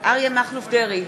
אריה מכלוף דרעי,